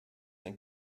ein